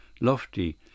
lofty